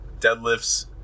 Deadlifts